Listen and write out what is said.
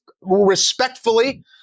respectfully